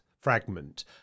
fragment